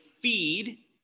feed